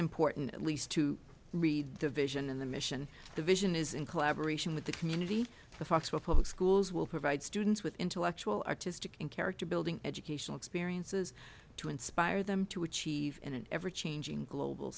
important at least to read the vision and the mission the vision is in collaboration with the community for fox where public schools will provide students with intellectual artistic and character building educational experiences to inspire them to achieve in an ever changing global